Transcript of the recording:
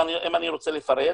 אם אני רוצה לפרט.